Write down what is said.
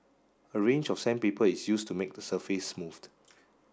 a range of sandpaper is used to make the surface smooth